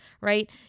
right